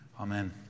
Amen